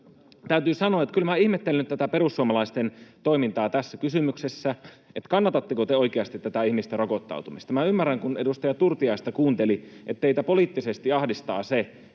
Täytyy sanoa, että kyllä minä ihmettelen tätä perussuomalaisten toimintaa tässä kysymyksessä. Kannatatteko te oikeasti tätä ihmisten rokottautumista? Minä ymmärrän, kun edustaja Turtiaista kuunteli, että teitä poliittisesti ahdistaa se,